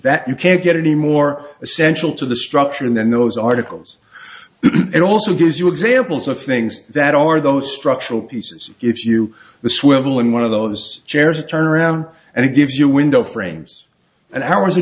that you can't get any more essential to the structure and then those articles it also gives you examples of things that are those structural pieces if you the swivel in one of those chairs and turn around and it gives you window frames and ours